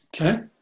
Okay